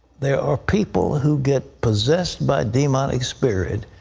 there are people who get possessed by demonic spirit,